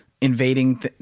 invading